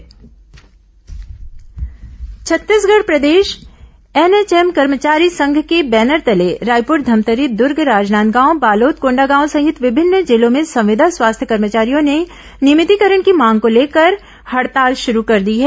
संविदा स्वास्थ्यकर्मी हड़ताल छत्तीसगढ़ प्रदेश एनएचएम कर्मचारी संघ के बैनर तले रायपुर धमतरी दुर्ग राजनांदगांव बालोद कोंडागांव सहित विभिन्न जिलों में संविदा स्वास्थ्य कर्मचारियों ने नियभितीकरण की मांग को लेकर हडताल शरू कर दी है